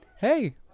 Hey